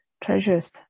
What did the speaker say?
treasures